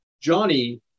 Johnny